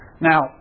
Now